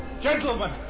Gentlemen